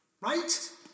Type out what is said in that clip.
right